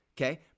Okay